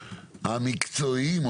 המקצועיים,